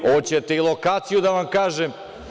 Hoćete i lokaciju da vam kažem?